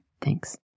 Thanks